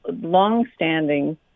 longstanding